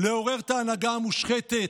לעורר את ההנהגה המושחתת,